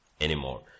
anymore